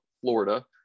Florida